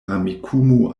amikumu